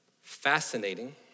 Fascinating